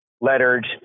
lettered